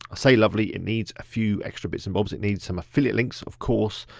ah say lovely, it needs a few extra bits and bobs, it needs some affiliate links, of course,